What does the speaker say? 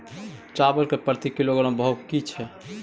चावल के प्रति किलोग्राम भाव की छै?